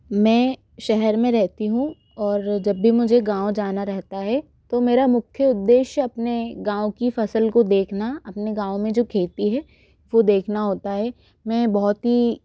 मैं शहर में रेहती हूँ और जब भी मुझे गाँव जाना रहता है तो मेरा मुख्य उद्देश्य अपने गाँव की फसल को देखना अपने गाँव में जो खेती है वो देखना होता है मैं बहोत ही